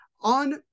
On